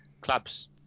clubs